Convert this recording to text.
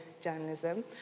journalism